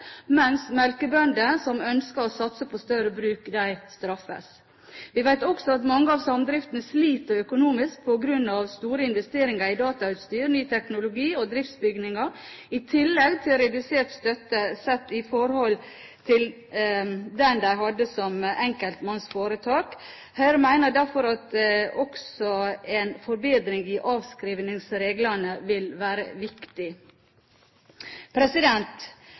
mens melkebønder som ønsker å satse på større bruk, straffes. Vi vet også at mange av samdriftene sliter økonomisk på grunn av store investeringer i datautstyr, ny teknologi og driftsbygninger, i tillegg til redusert støtte, sett i forhold til den de hadde som enkeltmannsforetak. Høyre mener derfor at også en forbedring i avskrivningsreglene vil være viktig.